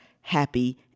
happy